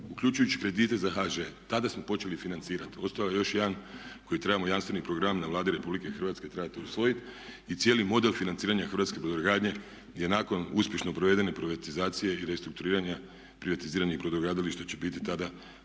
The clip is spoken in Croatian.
uključujući i kredite za HŽ. Tada smo počeli financirati. Ostao je još jedan koji trebamo jamstveni program na Vladi Republike Hrvatske trebate usvojiti i cijeli model financiranja hrvatske brodogradnje je nakon uspješno provedene privatizacije i restrukturiranja privatiziranih brodogradilišta će biti tada zatvoren